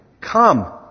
Come